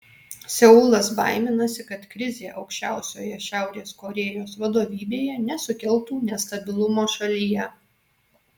seulas baiminasi kad krizė aukščiausioje šiaurės korėjos vadovybėje nesukeltų nestabilumo šalyje